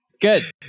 Good